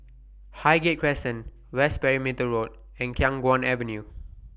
Highgate Crescent West Perimeter Road and Khiang Guan Avenue